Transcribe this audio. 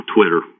Twitter